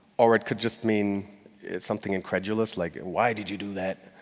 or it could just mean it's something incredulous, like, and why did you do that?